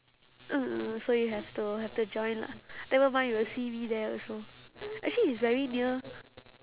mm so you have to have to join lah never mind you will see me there also actually it's very near